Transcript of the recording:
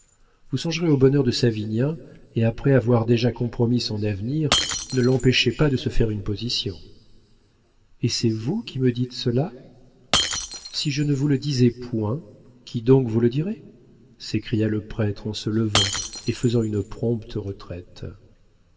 vous songerez au bonheur de savinien et après avoir déjà compromis son avenir ne l'empêchez pas de se faire une position et c'est vous qui me dites cela si je ne vous le disais point qui donc vous le dirait s'écria le prêtre en se levant et faisant une prompte retraite